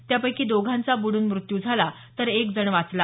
त्यापैकी दोघांचा बुडून मृत्यू झाला तर एक जण वाचला